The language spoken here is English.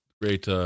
great